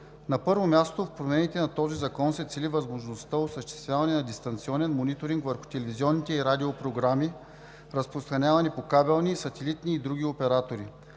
На първо място, с промените на този закон се цели възможността за осъществяване на дистанционен мониторинг върху телевизионните и радиопрограми, разпространявани по кабелни, сателитни и други оператори.